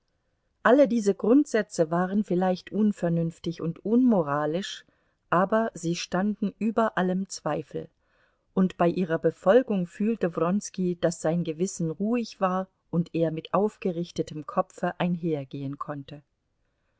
alle diese grundsätze waren vielleicht unvernünftig und unmoralisch aber sie standen über allem zweifel und bei ihrer befolgung fühlte wronski daß sein gewissen ruhig war und er mit aufgerichtetem kopfe einhergehen konnte